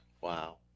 Wow